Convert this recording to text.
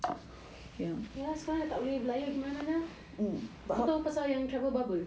ya sekarang tak boleh belayar pergi mana-mana kau tahu pasal yang travel bubble